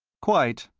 quite,